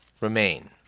remain